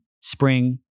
spring